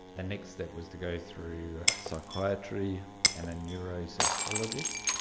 the next step was to go through psychiatry and a neuropsychologist.